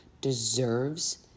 deserves